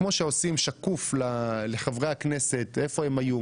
כמו שעושים שקיפות לחברי הכנסת איפה הם היו,